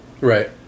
Right